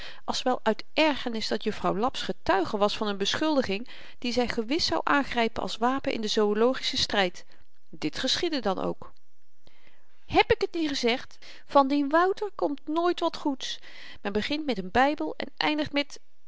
als wel uit ergernis dat juffrouw laps getuige was van n beschuldiging die zy gewis zou aangrypen als wapen in den zoölogischen stryd dit geschiedde dan ook hèb ik t niet gezegd van dien wouter komt nooit wat goeds men begint met n bybel en eindigt met